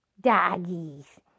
doggies